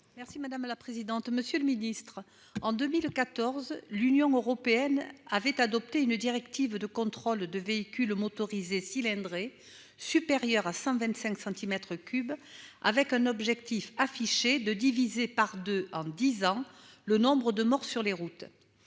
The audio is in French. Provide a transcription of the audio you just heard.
Merci madame la présidente. Monsieur le Ministre, en 2014, l'Union européenne avait adopté une directive de contrôle de véhicule motorisé cylindrée supérieure à 125 centimètres cube avec un objectif affiché de diviser par 2 en 10 ans le nombre de morts sur les routes.